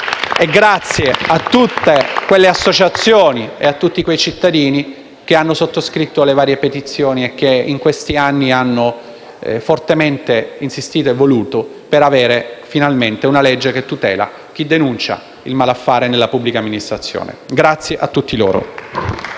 ringrazio tutte le associazioni e i cittadini che hanno sottoscritto le varie petizioni e che in questi anni hanno fortemente voluto e insistito per avere finalmente una legge che tutela chi denuncia il malaffare nella pubblica amministrazione. *(Applausi dal